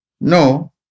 No